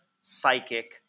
psychic